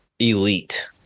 Elite